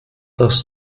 das